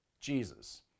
Jesus